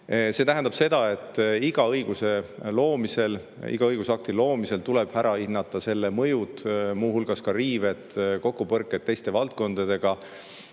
See tähendab seda, et iga õigusakti loomisel tuleb ära hinnata selle mõju, muu hulgas ka riived, kokkupõrked teiste valdkondadega.